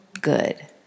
good